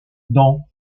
dans